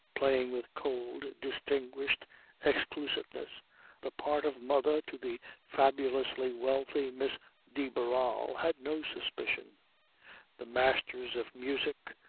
playing with cold, distinguished exclusiveness the part of mother to the fabulously wealthy miss de barral, had no suspicion the masters of music,